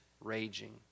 raging